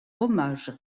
hommage